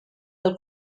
del